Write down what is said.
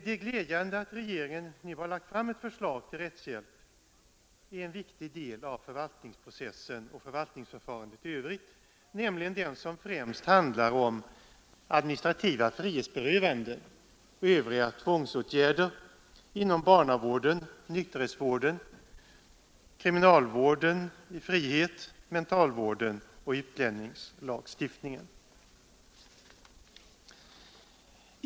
Det är glädjande att regeringen nu lagt fram ett förslag till rättshjälp i en viktig del av förvaltningsprocessen och förvaltningsförfarandet i övrigt, nämligen den som främst handlar om administrativa frihetsberövanden och övriga tvångsåtgärder inom barnavården, nykterhetsvården, kriminalvården i frihet, mentalvården och utlänningslagstiftningen.